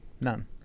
None